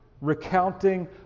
recounting